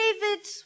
David